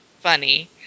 Funny